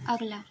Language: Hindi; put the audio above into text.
अगला